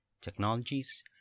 technologies